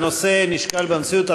הנושא נשקל בנשיאות,